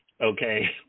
Okay